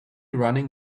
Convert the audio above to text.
running